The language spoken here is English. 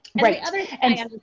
Right